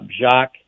Jacques